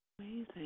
Amazing